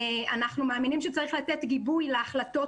אנחנו מאמינים שצריך לתת גיבוי להחלטות